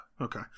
Okay